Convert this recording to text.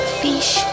fish